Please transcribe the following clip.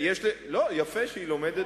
יפה שהיא לומדת